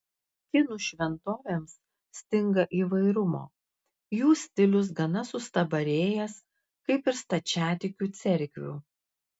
kinų šventovėms stinga įvairumo jų stilius gana sustabarėjęs kaip ir stačiatikių cerkvių